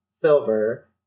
silver